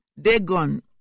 Dagon